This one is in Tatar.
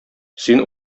син